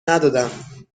ندادم